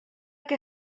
què